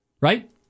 right